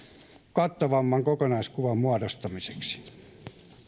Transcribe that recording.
kattavamman kokonaiskuvan muodostamiseksi